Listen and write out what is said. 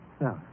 No